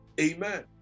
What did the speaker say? Amen